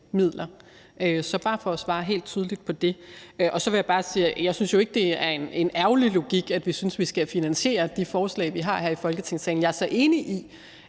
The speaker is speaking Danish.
er bare for at svare helt tydeligt på det. Så vil jeg bare sige, at jeg jo ikke synes, at det er en ærgerlig logik, at vi synes, at vi skal finansiere de forslag, vi fremlægger her i Folketingssalen. Jeg er så enig i,